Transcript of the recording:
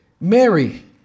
Mary